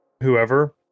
whoever